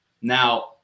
Now